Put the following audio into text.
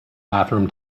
bathroom